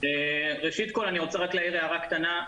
ראשית אני רוצה להעיר הערה קטנה.